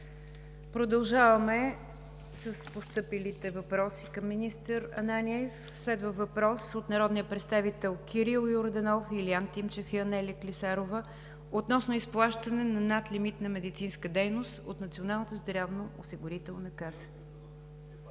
Продължаваме с постъпилите въпроси към министър Ананиев. Следва въпрос от народните представители Георги Йорданов, Илиян Тимчев и Анелия Клисарова относно изплащането на надлимитна медицинска дейност от Националната здравноосигурителна каса.